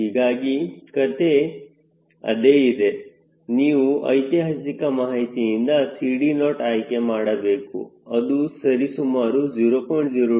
ಹೀಗಾಗಿ ಕಥೆ ಅದೇ ಇದೆ ನೀವು ಐತಿಹಾಸಿಕ ಮಾಹಿತಿಯಿಂದ 𝐶D0 ಆಯ್ಕೆ ಮಾಡಬೇಕು ಅದು ಸರಿ ಸುಮಾರು 0